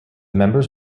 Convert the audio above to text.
members